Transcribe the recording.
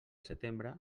setembre